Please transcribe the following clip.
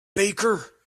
baker